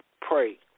pray